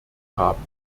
haben